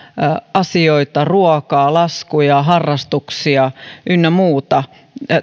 asioita ruokaa laskuja harrastuksia ynnä muuta